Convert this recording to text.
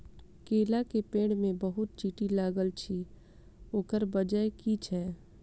केला केँ पेड़ मे बहुत चींटी लागल अछि, ओकर बजय की छै?